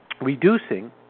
reducing